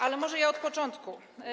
Ale może od początku.